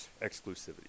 exclusivity